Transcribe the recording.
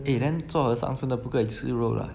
eh then 做和尚现在不可以吃肉 lah